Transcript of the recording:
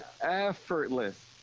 effortless